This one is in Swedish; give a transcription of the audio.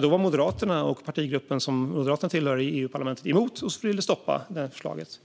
Då var Moderaterna och den partigrupp som Moderaterna tillhör i EU-parlamentet emot det och ville stoppa förslaget.